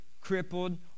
crippled